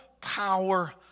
power